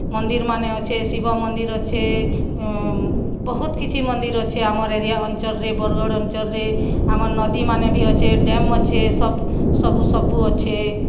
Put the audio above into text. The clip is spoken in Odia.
ମନ୍ଦିର୍ମାନେ ଅଛେ ଶିବ ମନ୍ଦିର୍ ଅଛେ ବହୁତ କିଛି ମନ୍ଦିର୍ ଅଛେ ଆମର୍ ଏରିଆ ଅଞ୍ଚଲରେ ବରଗଡ଼ ଅଞ୍ଚଲରେ ଆମର୍ ନଦୀମାନେ ଭି ଅଛେ ଡ୍ୟାମ୍ ଅଛେ ସବୁ ସବୁ ସବୁ ଅଛେ